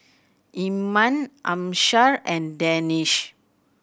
Iman Amsyar and Danish